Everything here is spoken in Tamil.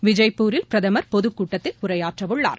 விஜய்பூரில் பிரதமர் பொதுக்கூட்டத்தில் உரையாற்றவுள்ளார்